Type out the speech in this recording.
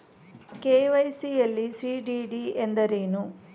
KYC ಯಲ್ಲಿ CDD ಎಂದರೇನು?